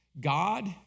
God